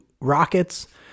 Rockets